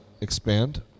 expand